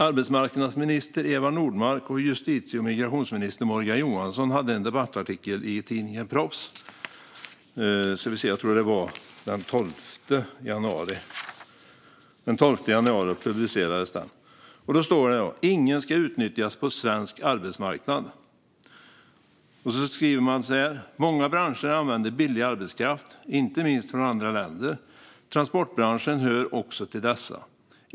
Arbetsmarknadsminister Eva Nordmark och justitie och migrationsminister Morgan Johansson har en debattartikel i tidningen Proffs. Den publicerades den 12 januari. Där står det: "Ingen ska utnyttjas på svensk arbetsmarknad." Man skriver: "Många branscher använder billig arbetskraft, inte minst från andra länder. Transportbranschen hör också till dessa.